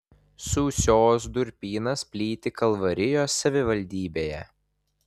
sūsios durpynas plyti kalvarijos savivaldybėje